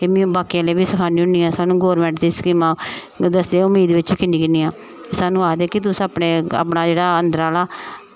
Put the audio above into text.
ते में बाकी आह्लें गी बी सखानी होनी आं सानूं गौरमेंट दी स्कीमां दसदे ओह् उम्मीद बिच कि'न्नी कि'न्नियां सानूं आखदे कि तुस अपने अपना जेह्ड़ा अन्दरा दा